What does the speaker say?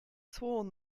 sworn